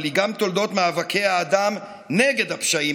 אבל היא גם תולדות מאבקי האדם נגד הפשעים,